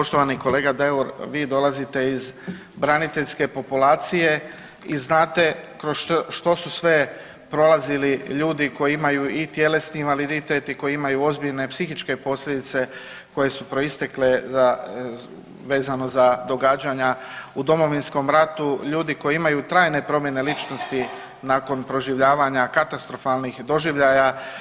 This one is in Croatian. Poštovani kolega Deur, vi dolazite iz braniteljske populacije i znate kroz što su sve prolazili ljudi koji imaju i tjelesni invaliditet i koji imaju ozbiljne psihičke posljedice koje su proistekle vezano za događanja u Domovinskom ratu, ljudi koji imaju trajne promjene ličnosti nakon proživljavanja katastrofalnih doživljaja.